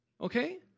okay